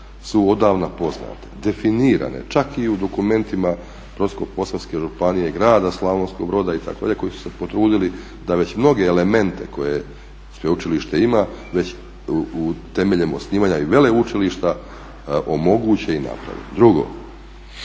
su odavno poznata, definirane, čak i u dokumentima Brodsko-posavske županije, grada Slavonskog Broda koji su se potrudili da već mnoge elemente koje sveučilište temeljem osnivanja i veleučilišta omogući i napravi. Drugo,